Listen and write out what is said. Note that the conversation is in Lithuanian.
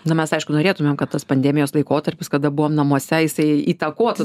nu mes aišku norėtumėm kad tas pandemijos laikotarpis kada buvom namuose jisai įtakotų